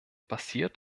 passiert